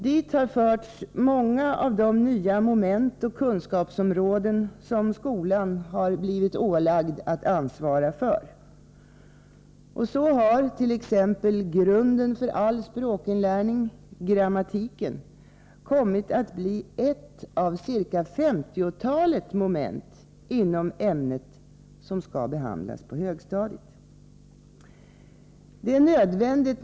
Dit har förts många av de nya moment och kunskapsområden som skolan har blivit ålagd att ansvara för. Så har t.ex. grunden för all språkinlärning — grammatiken —- kommit att bli ett av ca femtiotalet moment inom ämnet som skall behandlas på högstadiet.